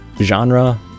genre